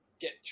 get